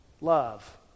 love